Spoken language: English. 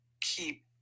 keep